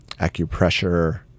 acupressure